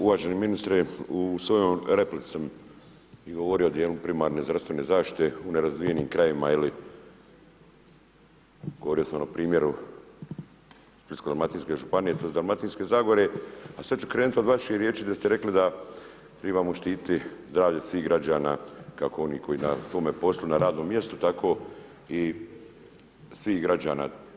Uvaženi ministre, u svojoj replici sam i govorio o djelu primarne zdravstvene zaštite u nerazvijenim krajevima ili govorio sam o primjeru splitsko-dalmatinske županije, tj. dalmatinske zagore, a sad ću krenut od vaših riječi gdje ste rekli da trebamo štititi zdravlje svih građana, kako onih na svome poslu, na radnom mjestu, tako i svih građana.